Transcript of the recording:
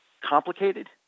complicated